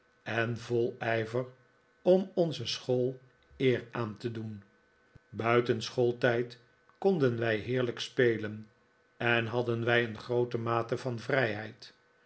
en vol ijver om onze school eer aan te doen buiten schooltijd konden wij heerlijk spelen en hadden wij een groote mate van vrijheid